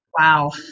Wow